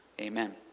Amen